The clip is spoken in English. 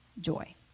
joy